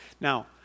Now